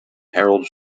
harold